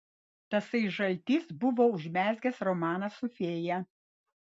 tasai žaltys buvo užmezgęs romaną su fėja